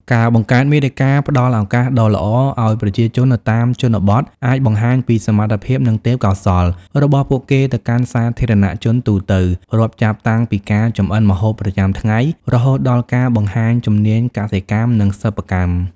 ការបង្កើតមាតិកាផ្តល់ឱកាសដ៏ល្អឲ្យប្រជាជននៅតាមជនបទអាចបង្ហាញពីសមត្ថភាព និងទេពកោសល្យ របស់ពួកគេទៅកាន់សាធារណជនទូទៅ រាប់ចាប់តាំងពីការចម្អិនម្ហូបប្រចាំថ្ងៃ រហូតដល់ការបង្ហាញជំនាញកសិកម្ម និងសិប្បកម្ម។